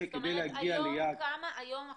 זאת אומרת כמה היום,